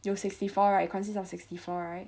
有 sixty four right consists of sixty four right